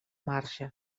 marge